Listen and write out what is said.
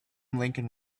lincoln